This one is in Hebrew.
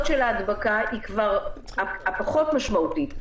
של ההדבקה היא כבר הפחות משמעותית.